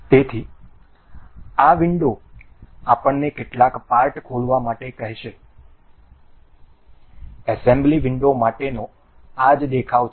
તેથી આ વિંડો આપણને કેટલાક પાર્ટ ખોલવા માટે કહેશે એસેમ્બલી વિંડો માટેનો આ જ દેખાવ છે